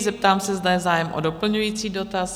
Zeptám se, zda je zájem o doplňující dotaz?